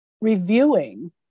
reviewing